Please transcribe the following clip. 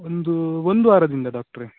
ಒಂದು ಒಂದು ವಾರದಿಂದ ಡಾಕ್ಟ್ರೆ